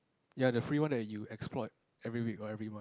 ya the free one that you exploit every week or every month